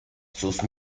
sus